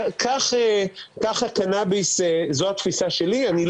כך התפיסה שלי גם לגבי הקנאביס.